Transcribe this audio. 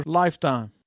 lifetime